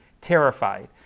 terrified